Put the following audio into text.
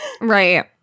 right